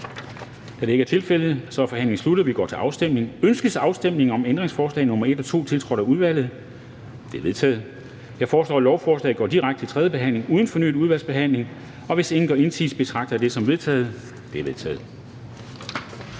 Kl. 10:24 Afstemning Formanden (Henrik Dam Kristensen): Ønskes afstemning om ændringsforslag nr. 1 og 2, tiltrådt af udvalget? De er vedtaget. Jeg foreslår, at lovforslaget går direkte til tredje behandling uden fornyet udvalgsbehandling. Hvis ingen gør indsigelse, betragter jeg det som vedtaget. Det er vedtaget.